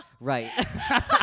right